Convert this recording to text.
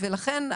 לכן,